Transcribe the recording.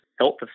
Health